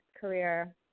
career